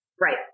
Right